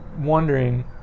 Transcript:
wondering